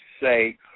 say